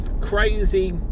crazy